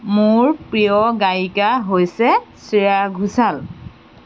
মোৰ প্ৰিয় গায়িকা হৈছে শ্ৰেয়া ঘোষাল